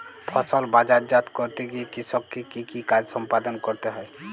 ফসল বাজারজাত করতে গিয়ে কৃষককে কি কি কাজ সম্পাদন করতে হয়?